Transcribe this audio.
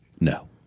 No